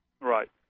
Right